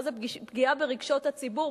מה זה פגיעה ברגשות הציבור?